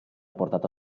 portata